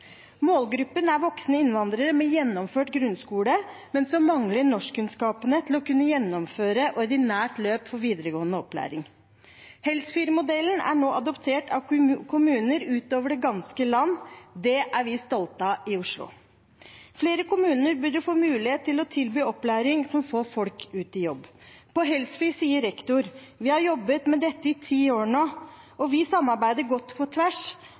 Målgruppen er voksne innvandrere med gjennomført grunnskole, men som mangler norskkunnskapene til å kunne gjennomføre ordinært løp for videregående opplæring. Helsfyr-modellen er nå adoptert av kommuner utover det ganske land. Det er vi stolte av i Oslo. Flere kommuner burde få mulighet til å tilby opplæring som får folk ut i jobb. På Helsfyr sier rektor: «Vi har jobbet med dette i ti år nå og samarbeider godt på tvers